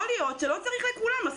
יכול להיות שלא צריך לתת לכל מי שעושה